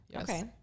Okay